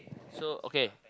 so okay